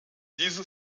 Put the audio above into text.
diese